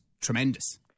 tremendous